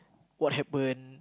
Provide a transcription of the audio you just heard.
what happened